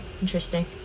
Interesting